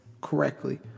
correctly